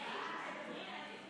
עולה לנאום.